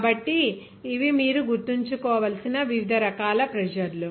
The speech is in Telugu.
కాబట్టి ఇవి మీరు గుర్తుంచుకోవలసిన వివిధ రకాల ప్రెజర్ లు